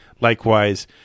likewise